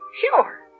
Sure